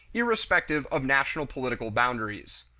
irrespective of national political boundaries.